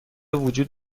وجود